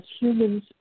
humans